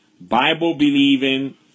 Bible-believing